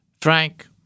Frank